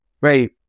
Right